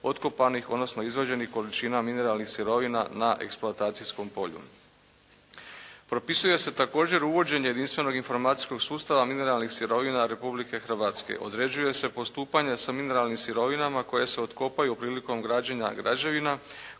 otkopanih, odnosno izvađenih količina mineralnih sirovina na eksploatacijskom polju. Propisuje se također uvođenje jedinstvenog informacijskog sustava mineralnih sirovina Republike Hrvatske, određuje se postupanje sa mineralnim sirovinama koje se otkopaju prilikom građenja građevina,